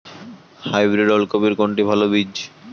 Hybrid ওল কপির কোনটি ভালো বীজ?